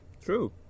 True